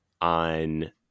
on